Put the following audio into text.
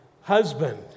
husband